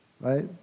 Right